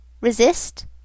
Resist